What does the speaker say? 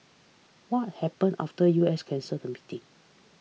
what happen after U S cancelled the meeting